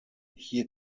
hier